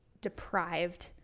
deprived